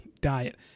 diet